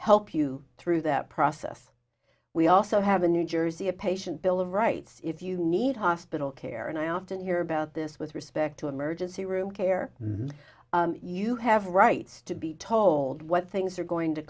help you through that process we also have a new jersey a patient bill of rights if you need hospital care and i often hear about this with respect to emergency room care and you have a right to be told what things are going to